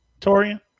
Torian